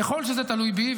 ככל שזה תלוי בי,